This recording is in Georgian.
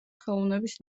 ხელოვნების